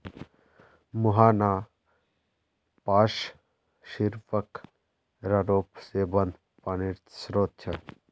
मुहाना पार्श्विक र्रोप से बंद पानीर श्रोत छे